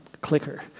clicker